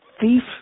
thief